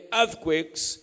earthquakes